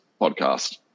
podcast